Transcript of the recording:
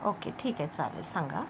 okay ठीक आहे चालेल सांगा